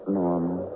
normal